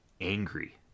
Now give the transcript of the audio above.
angry